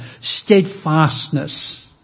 steadfastness